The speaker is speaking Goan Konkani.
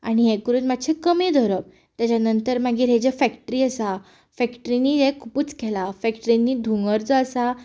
आनी हें करून मातशे कमी दवरप तेचे नंतर मागीर हे ज्यो फॅक्ट्री आसा फॅक्ट्रिनीं हें खुबूच केलां फॅक्ट्रिनी धुंवर जो आसा